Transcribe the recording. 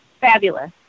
Fabulous